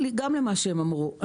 גם למה שהם אמרו.